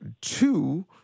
two